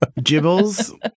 Jibbles